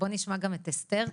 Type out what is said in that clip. נשמע גם את אסתר.